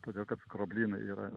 todėl kad skroblynai yra